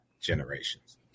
generations